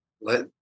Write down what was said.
let